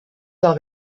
del